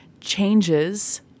changes